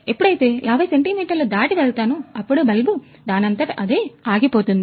ఎప్పుడైతే 50 సెంటీమీటర్ల దాటి వెళ్తాను అప్పుడు బల్బు దానికి అంతట అదే ఆగిపోతుంది